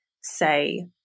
say